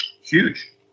huge